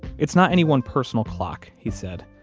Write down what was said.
it's not any one personal clock, he said.